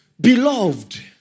beloved